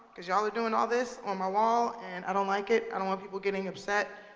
cause y'all are doing all this on my wall, and i don't like it. i don't want people getting upset.